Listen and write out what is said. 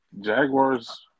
Jaguars